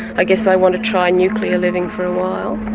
i guess i want to try nuclear living for a while.